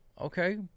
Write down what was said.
Okay